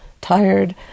tired